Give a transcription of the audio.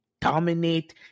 dominate